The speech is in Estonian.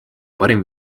parim